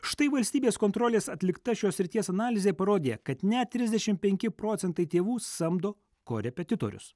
štai valstybės kontrolės atlikta šios srities analizė parodė kad net trisdešimt penki procentai tėvų samdo korepetitorius